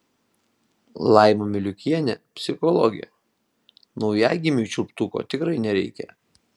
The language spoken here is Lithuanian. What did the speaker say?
laima miliukienė psichologė naujagimiui čiulptuko tikrai nereikia